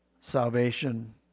salvation